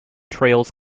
trails